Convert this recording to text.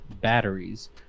batteries